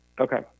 Okay